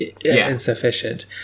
insufficient